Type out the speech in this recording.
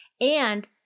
And-